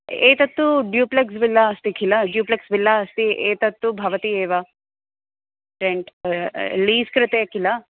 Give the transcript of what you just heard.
एतत्तु duplex villa अस्ति किल ज्यूप्लेक्स् विल्ला अस्ति एतत्तु भवति एव रेण्ट् लीस् कृते किल